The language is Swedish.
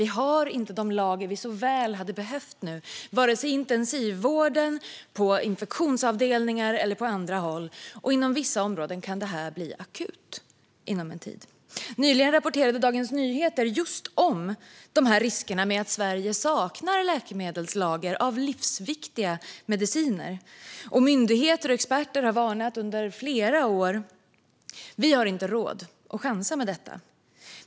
Vi har inte de lager vi så väl hade behövt nu, vare sig på intensivvården, på infektionsavdelningar eller på andra håll. Inom vissa områden kan detta komma att bli akut. Nyligen rapporterade Dagens Nyheter om riskerna med att Sverige saknar lager av livsviktiga mediciner. Myndigheter och experter har under flera år varnat för att vi inte har råd att chansa med detta.